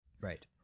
Right